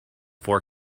four